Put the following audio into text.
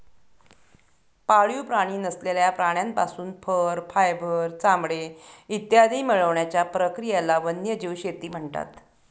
पाळीव प्राणी नसलेल्या प्राण्यांपासून फर, फायबर, चामडे इत्यादी मिळवण्याच्या प्रक्रियेला वन्यजीव शेती म्हणतात